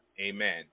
Amen